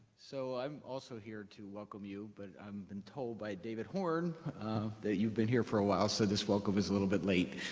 so i'm also here to welcome you. but i've um been told by david horn that you've been here for a while, so this welcome is a little bit late.